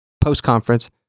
post-conference